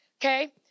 okay